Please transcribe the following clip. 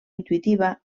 intuïtiva